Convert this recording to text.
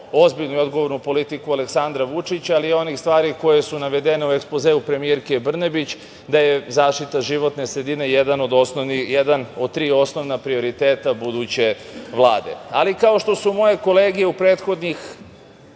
ozbiljnu i odgovornu politiku Aleksandra Vučića, ali i onih stvari koje su navedene u ekspozeu premijerke Brnabić, da je zaštita životne sredine jedan od tri osnovna prioriteta buduće Vlade. Ali kao što su moje kolege u prethodnih